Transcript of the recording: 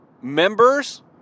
members